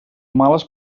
males